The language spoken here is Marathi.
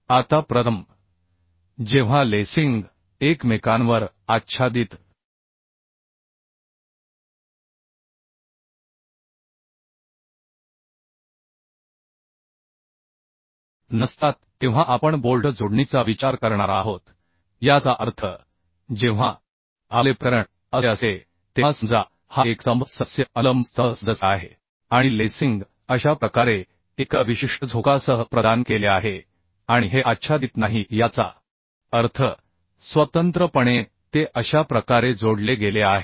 आता प्रथम जेव्हा लेसिंग एकमेकांवर आच्छादित नसतात तेव्हा आपण बोल्ट जोडणीचा विचार करणार आहोत याचा अर्थ जेव्हा आपले प्रकरण असे असते तेव्हा समजा हा एक स्तंभ सदस्य अनुलंब स्तंभ सदस्य आहे आणि लेसिंग अशा प्रकारे एका विशिष्ट झोकासह प्रदान केले आहे आणि हे आच्छादित नाही याचा अर्थ स्वतंत्रपणे ते अशा प्रकारे जोडले गेले आहे